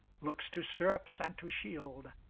looks to stirrups and to shield,